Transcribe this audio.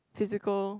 physical